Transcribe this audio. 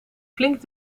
flink